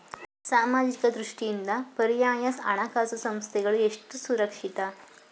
ಸಾಮಾಜಿಕ ದೃಷ್ಟಿಯಿಂದ ಪರ್ಯಾಯ ಹಣಕಾಸು ಸಂಸ್ಥೆಗಳು ಎಷ್ಟು ಸುರಕ್ಷಿತ?